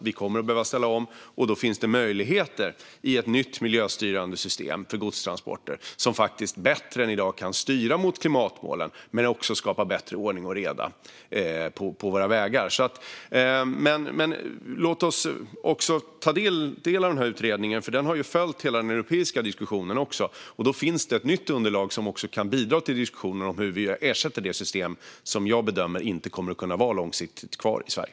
Vi kommer att behöva ställa om, och då finns det möjligheter i ett nytt miljöstyrande system för godstransporter som faktiskt bättre än i dag kan styra mot klimatmålen men också skapa bättre ordning och reda på våra vägar. Men låt oss ta del av denna utredning. Den har följt hela den europeiska diskussionen. Då finns det ett nytt underlag som kan bidra till diskussioner om hur vi ersätter det system som jag bedömer inte kommer att kunna vara kvar långsiktigt i Sverige.